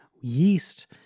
Yeast